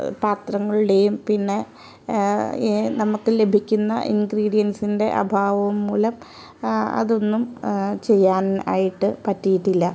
പാത്രങ്ങളുടെയും പിന്നെ നമുക്ക് ലഭിക്കുന്ന ഇൻഗ്രീഡിയൻസിൻറ്റെ അഭാവവും മൂലം അതൊന്നും ചെയ്യാൻ ആയിട്ട് പറ്റിയിട്ടില്ല